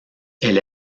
elle